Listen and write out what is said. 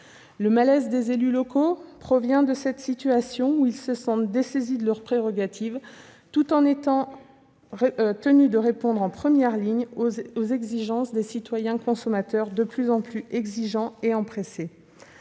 Le malaise des élus locaux vient de cette situation, où ils se sentent dessaisis de leurs prérogatives, tout en devant répondre en première ligne à des citoyens-consommateurs de plus en plus exigeants et empressés.